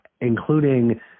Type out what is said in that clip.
including